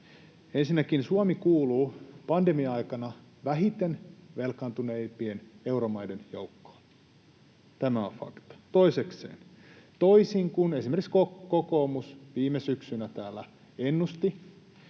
Ensinnäkin Suomi kuuluu pandemia-aikana vähiten velkaantuneiden euromaiden joukkoon, tämä on fakta. Toisekseen, toisin kuin esimerkiksi kokoomus viime syksynä täällä ennusti,